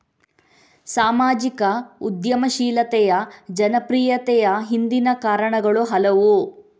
ಸಾಮಾಜಿಕ ಉದ್ಯಮಶೀಲತೆಯ ಜನಪ್ರಿಯತೆಯ ಹಿಂದಿನ ಕಾರಣಗಳು ಹಲವು